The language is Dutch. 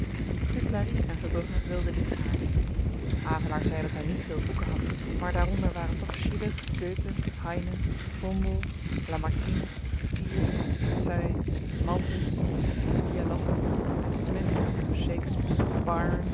duclari en verbrugge wilden dit gaarne havelaar zei dat hy niet veel boeken had maar daaronder waren toch schiller göthe heine vondel lamartine thiers say malthus scialoja smith shakespeare